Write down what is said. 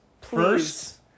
first